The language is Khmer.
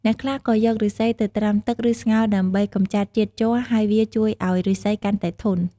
អ្នកខ្លះក៏យកឫស្សីទៅត្រាំទឹក ឬស្ងោរដើម្បីកម្ចាត់ជាតិជ័រ ហើយវាជួយឱ្យឫស្សីកាន់តែធន់ ។